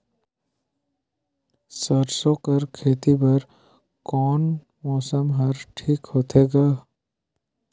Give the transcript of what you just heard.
सरसो कर खेती बर कोन मौसम हर ठीक होथे ग?